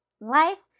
Life